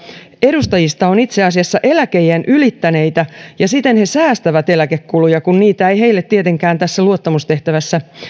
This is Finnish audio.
edustajista on itse asiassa eläkeiän ylittäneitä ja siten he säästävät eläkekuluja kun niitä ei heille tietenkään heidän tässä luottamustehtävässä